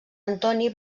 antoni